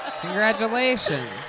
Congratulations